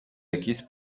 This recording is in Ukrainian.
якісь